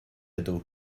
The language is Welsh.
ydw